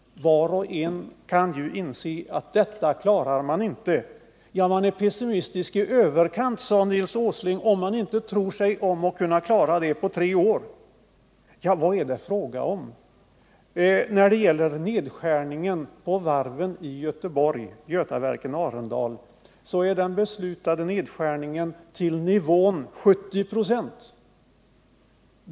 Var och en kan ju inse att detta klarar man inte. Man är pessimistisk i överkant, sade Nils Åsling, om man inte tror sig om att klara det på tre år. Men vad är det fråga om? När det gäller nedskärningen på varven i Göteborg, Götaverken och Arendal, är den beslutade nedskärningen till nivån 70 26.